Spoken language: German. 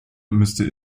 müsste